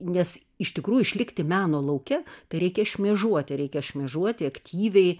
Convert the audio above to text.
nes iš tikrųjų išlikti meno lauke tai reikia šmėžuoti reikia šmėžuoti aktyviai